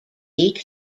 eight